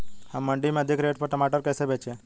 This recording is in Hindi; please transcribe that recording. हम मंडी में अधिक रेट पर टमाटर कैसे बेचें?